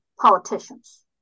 politicians